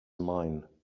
mine